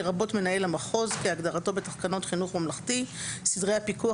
לרבות מנהל המחוז כהגדרתו בתקנות חינוך ממלכתי (סדרי הפיקוח),